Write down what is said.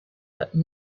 but